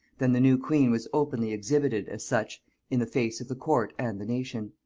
than the new queen was openly exhibited as such in the face of the court and the nation.